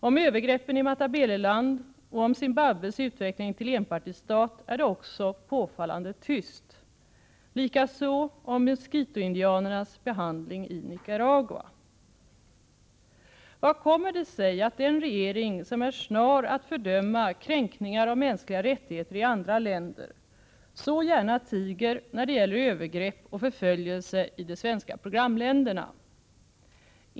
Om övergreppen i Matabeleland och Zimbabwes utveckling till enpartistat är det också påfallande tyst. Likaså är det tyst om Miskito-indianernas behandling i Nicaragua. Hur kommer det sig att den regering som är snar att fördöma kränkningar av mänskliga rättigheter i andra länder så gärna tiger när det gäller övergrepp och förföljelse i de svenska programländerna?